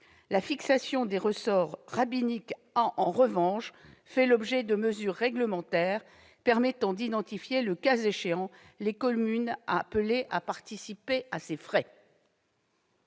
La fixation des ressorts rabbiniques a, en revanche, fait l'objet de mesures réglementaires permettant d'identifier le cas échéant les communes appelées à participer à ces frais.